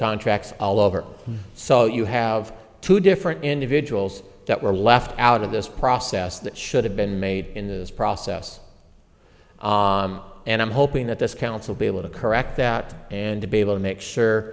contracts all over so you have two different individuals that were left out of this process that should have been made in the process and i'm hoping that this council be able to correct that and to be able to make sure